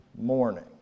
morning